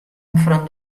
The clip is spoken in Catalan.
enfront